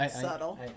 subtle